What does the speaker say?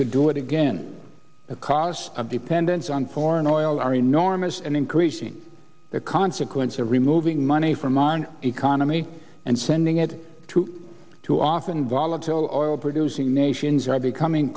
could do it again because of dependence on foreign oil are enormous and increasing the consequence of removing money from mine economy and sending it to too often volatile or oil producing nations are becoming